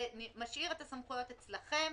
זה משאיר את הסמכויות אצלכם,